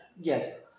Yes